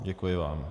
Děkuji vám.